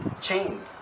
chained